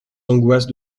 angoisses